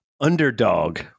underdog